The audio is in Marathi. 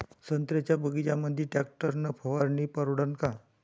संत्र्याच्या बगीच्यामंदी टॅक्टर न फवारनी परवडन का?